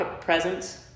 presence